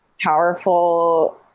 powerful